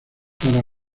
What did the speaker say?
para